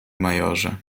majorze